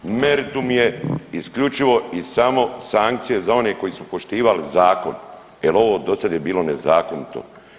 Meritum je isključivo i samo sankcije za one koji su poštivali zakon jel ovo dosad je bilo nezakonito.